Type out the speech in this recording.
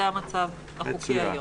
זה המצב החוקי היום.